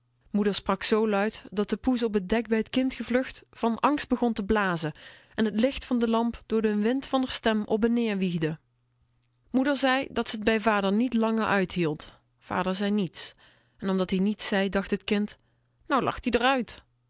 moeder sprak zoo luid dat de poes op t dek bij t kind gevlucht van angst begon te blazen en t licht van de lamp door den wind van r stem op en neer wiegde moeder zei dat ze t bij vader niet langer uithield vader zei niets en omdat-ie niets zei dacht t kind nou lacht ie r uit